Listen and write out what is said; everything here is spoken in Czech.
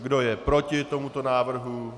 Kdo je proti tomuto návrhu?